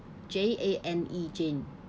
J A N E jane